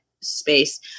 space